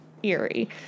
eerie